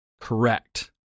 correct